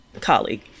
colleague